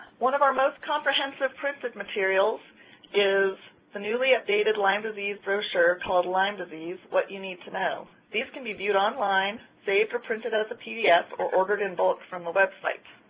one of our most comprehensive printed materials is the newly updated lyme disease brochure called lyme disease what you need to know. these can be viewed online, saved or printed as a pdf, or ordered in bulk from the website.